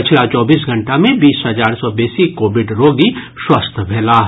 पछिला चौबीस घंटा मे बीस हजार सँ बेसी कोविड रोगी स्वस्थ भेलाह